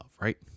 right